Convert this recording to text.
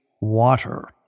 water